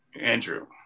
Andrew